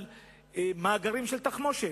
על מאגרים של תחמושת,